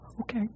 okay